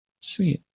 Sweet